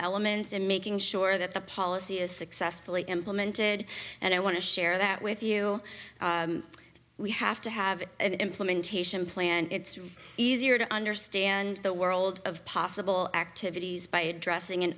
in making sure that the policy is successfully implemented and i want to share that with you we have to have an implementation plan and it's easier to understand the world of possible activities by addressing an